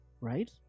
right